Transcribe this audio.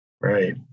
Right